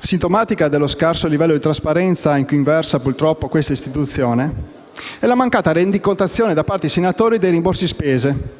sintomatica dello scarso livello di trasparenza in cui versa purtroppo questa istituzione, è la mancata rendicontazione da parte dei senatori dei rimborsi spese,